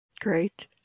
Great